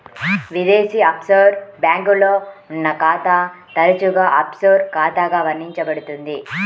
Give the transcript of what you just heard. విదేశీ ఆఫ్షోర్ బ్యాంక్లో ఉన్న ఖాతా తరచుగా ఆఫ్షోర్ ఖాతాగా వర్ణించబడుతుంది